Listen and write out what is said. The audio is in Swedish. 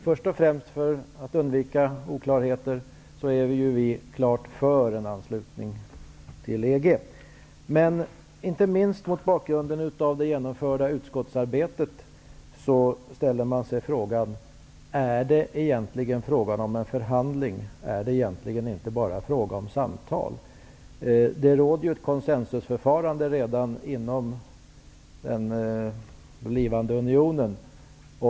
Fru talman! För att undvika missförstånd vill jag säga att vi helt klart är för en anslutning till EG. Inte minst mot bakgrund av det genomförda utskottsarbetet undrar man om det egentligen är fråga om en förhandling. Är det egentligen inte bara fråga om samtal? Det råder redan ett konsensusförfarande inom den blivande unionen.